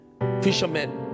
fishermen